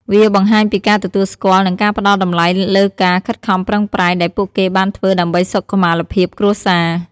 វាបង្ហាញពីការទទួលស្គាល់ និងផ្ដល់តម្លៃលើការខិតខំប្រឹងប្រែង ដែលពួកគេបានធ្វើដើម្បីសុខុមាលភាពគ្រួសារ។